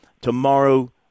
tomorrow